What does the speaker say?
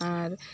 ᱟᱨ